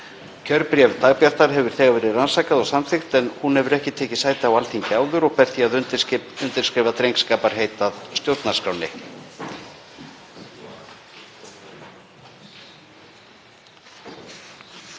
Kjörbréf Dagbjartar hefur þegar verið rannsakað og samþykkt en hún hefur ekki tekið sæti á Alþingi áður og ber því að undirskrifa drengskaparheit að stjórnarskránni.